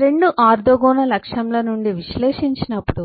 రెండు ఆర్తోగోనల్ అక్షముల నుండి విశ్లేషించినప్పుడు